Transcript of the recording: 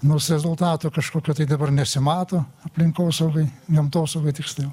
nors rezultato kažkokio tai dabar nesimato aplinkosaugai gamtosaugai tiksliau